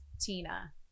Tina